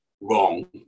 wrong